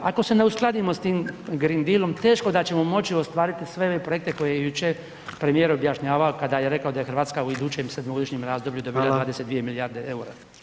Ako se ne uskladimo s tim Green Dealom, teško da ćemo moći ostvariti sve ove projekte koje je jučer premijer objašnjavao kada je rekao da je Hrvatska u idućem 7-godišnjem razdoblju dobila 22 milijarde eura.